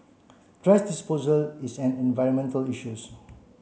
thrash disposal is an environmental issues